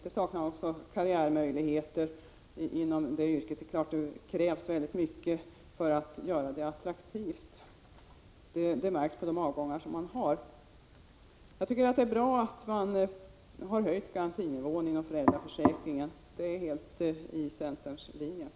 Det saknas också karriärmöjligheter inom det yrket, och det är klart att det krävs väldigt mycket för att göra det attraktivt. Det märks på avgångarna. Jag tycker att det är bra att man höjt garantinivån inom föräldraförsäkringen. Det ligger helt i linje med centerns uppfattning.